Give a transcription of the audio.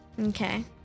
Okay